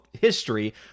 history